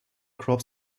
crop